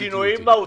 אלה שינויים מהותיים.